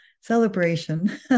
Celebration